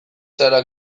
zara